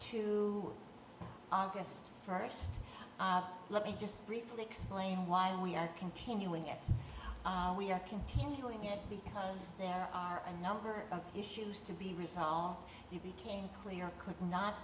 to august first let me just briefly explain why we are continuing it we are continuing it because there are a number of issues to be resolved it became clear could not